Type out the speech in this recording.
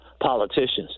politicians